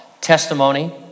testimony